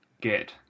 get